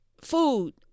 food